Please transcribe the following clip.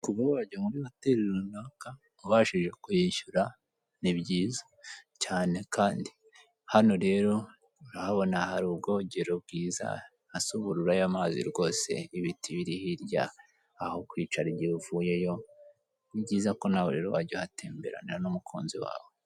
Kuba wajya muri hoteri runaka, ubashije kuyishyura, ni byiza cyane kandi. Hano rero, urahabona hari ubwogero bwiza, hasa ubururu aya amazi rwose, ibiti biri hirya, aho kwicara igihe uvuyeyo, ni byiza ko nawe rero wajya uhatemberanira n'umukunzi wawe.